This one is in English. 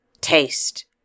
taste